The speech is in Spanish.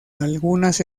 algunas